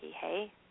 hey